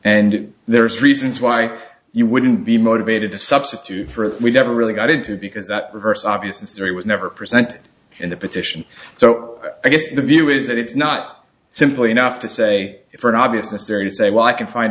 and there's reasons why you wouldn't be motivated to substitute for it we never really got into because that verse obvious of three was never present in the petition so i guess the view is that it's not simple enough to say for an obvious the serious a why i can find